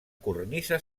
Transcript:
cornisa